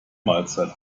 mahlzeit